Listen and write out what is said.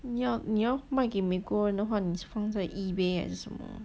你要你要卖给美国人的话你就放在 eBay 还是什么